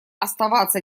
оставаться